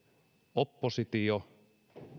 oppositio